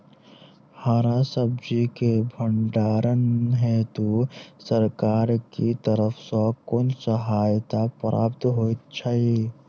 हरा सब्जी केँ भण्डारण हेतु सरकार की तरफ सँ कुन सहायता प्राप्त होइ छै?